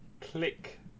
click